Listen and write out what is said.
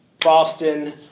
Boston